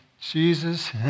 Jesus